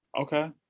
Okay